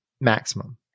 Maximum